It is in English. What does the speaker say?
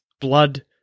blood